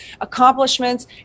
accomplishments